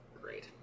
Great